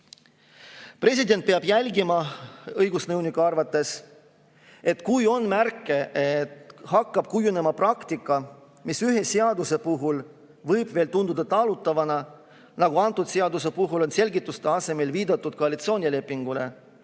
President peab jälgima – õigusnõuniku arvates –, et kui on märke, et hakkab kujunema praktika, mis ühe seaduse puhul võib veel tunduda talutavana, nagu selle seaduse puhul on selgituste asemel viidatud koalitsioonilepingule,